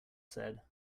said